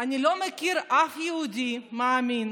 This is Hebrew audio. "אני לא מכיר אף יהודי מאמין